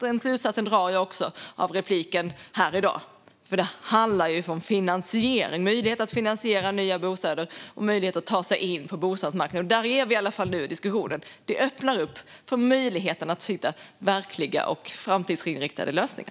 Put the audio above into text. Den slutsatsen drar jag också av replikerna här i dag. Det handlar om finansiering, om möjligheten att finansiera nya bostäder och möjligheten att ta sig in på bostadsmarknaden. Där är vi nu i diskussionen. Det öppnar upp för möjligheten att hitta verkliga och framtidsinriktade lösningar.